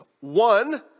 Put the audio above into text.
One